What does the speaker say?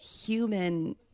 human